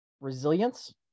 resilience